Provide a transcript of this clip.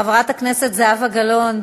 חברת הכנסת זהבה גלאון.